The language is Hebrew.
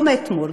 לא מאתמול,